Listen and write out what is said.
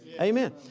Amen